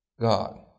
God